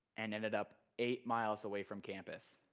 and ended up eight miles away from campus,